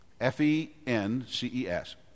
F-E-N-C-E-S